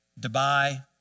Dubai